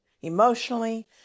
emotionally